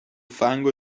fango